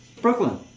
Brooklyn